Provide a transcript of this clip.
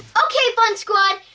okay fun squad,